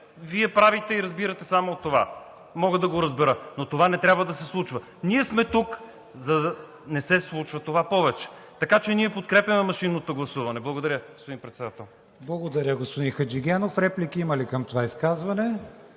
Вие правите и разбирате само от това. Мога да го разбера. Но това не трябва да се случва. Ние сме тук, за да не се случва това повече. Така че ние подкрепяме машинното гласуване. Благодаря, господин Председател. ПРЕДСЕДАТЕЛ КРИСТИАН ВИГЕНИН: Благодаря, господин Хаджигенов. Реплики има ли към това изказване?